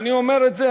אני אומר את זה,